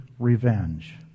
revenge